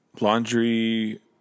laundry